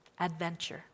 Adventure